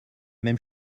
même